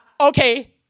okay